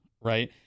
Right